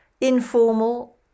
informal